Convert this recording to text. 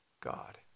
God